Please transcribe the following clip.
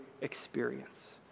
experience